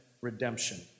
redemption